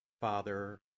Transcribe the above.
Father